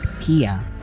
Pia